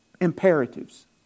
Imperatives